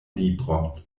libron